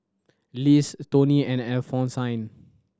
Liz Tony and Alphonsine